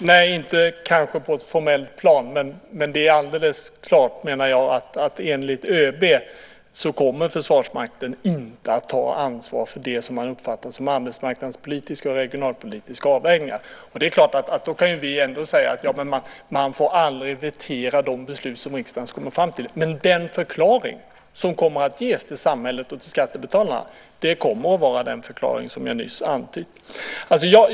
Fru talman! Nej, kanske inte på ett formellt plan. Men jag menar att det är alldeles klart att enligt ÖB kommer Försvarsmakten inte att ta ansvar för det som man uppfattar som arbetsmarknadspolitiska och regionalpolitiska avvägningar. Det är klart att vi ändå kan säga: Man kan aldrig vetera de beslut som riksdagen kommer fram till. Men den förklaring som kommer att ges till samhället och skattebetalarna kommer att vara den förklaring som jag nyss antytt.